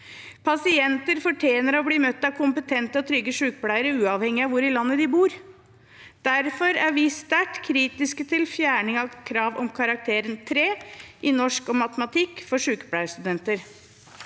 Pasienter fortjener å bli møtt av kompetente og trygge sykepleiere, uavhengig av hvor i landet de bor. Derfor er vi sterkt kritiske til fjerning av krav om karakteren tre i norsk og matematikk for sykepleierstudenter.